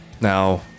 Now